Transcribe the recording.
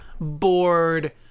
bored